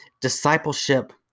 Discipleship